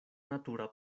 natura